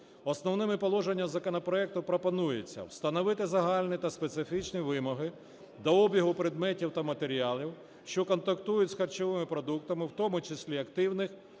Основними положеннями законопроекту пропонується встановити загальні та специфічні вимоги до обігу предметів та матеріалів, що контактують з харчовими продуктами, в тому числі активних